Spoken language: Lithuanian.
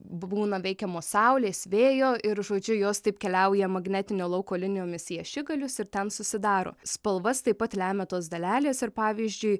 būna veikiamos saulės vėjo ir žodžiu jos taip keliauja magnetinio lauko linijomis į ašigalius ir ten susidaro spalvas taip pat lemia tos dalelės ir pavyzdžiui